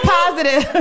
positive